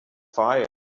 fire